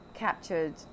captured